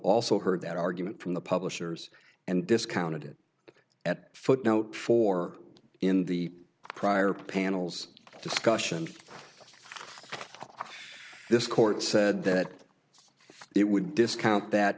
also heard that argument from the publishers and discounted at footnote four in the prior panels discussion this court said that it wouldn't discount that